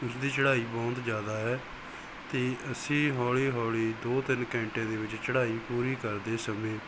ਉਸਦੀ ਚੜਾਈ ਬਹੁਤ ਜਿਆਦਾ ਹੈ ਤੇ ਅਸੀਂ ਹੌਲੀ ਹੌਲੀ ਦੋ ਤਿੰਨ ਘੰਟੇ ਦੇ ਵਿੱਚ ਚੜ੍ਹਾਈ ਪੂਰੀ ਕਰਦੇ ਸਮੇਂ